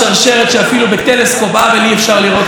שאפילו בטלסקופ האבל אי-אפשר לראות אותה,